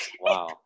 Wow